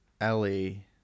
Ellie